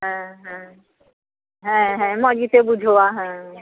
ᱦᱮᱸ ᱦᱮᱸ ᱦᱮᱸ ᱦᱮᱸ ᱢᱚᱡᱽ ᱜᱮᱯᱮ ᱵᱩᱡᱷᱟᱹᱣᱟ ᱦᱮᱸ